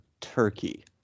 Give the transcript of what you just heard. turkey